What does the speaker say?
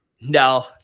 No